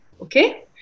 Okay